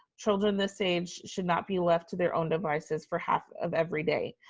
children this age should not be left to their own devices for half of every day,